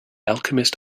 alchemist